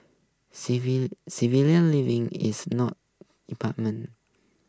civil civilised living is not impartment